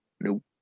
Nope